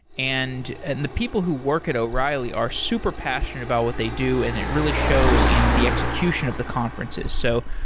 and and the people who work at o'reilly are super passionate about what they do and it really shows in the execution of the conferences. so,